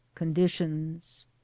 Conditions